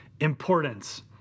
importance